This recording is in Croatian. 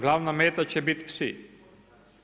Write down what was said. Glavna meta će bit psi.